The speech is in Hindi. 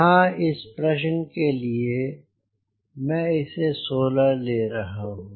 यहाँ इस प्रश्न के लिए मैं इसे 16 ले रहा हूँ